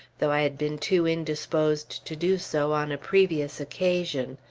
though i had been too indisposed to do so on a previous occasion.